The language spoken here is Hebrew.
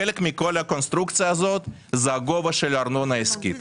חלק מכל הקונסטרוקציה הזאת הוא הגובה של הארנונה העסקית.